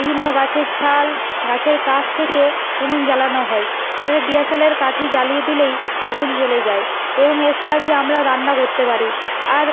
বিভিন্ন গাছের ছাল গাছের কাঠ থেকে উনুন জ্বালানো হয় একটা দেশলাইয়ের কাঠি জ্বালিয়ে দিলেই আগুন জ্বলে যায় এবং এর সাহায্যে আমরা রান্না করতে পারি আর